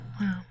Wow